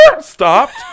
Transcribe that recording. Stopped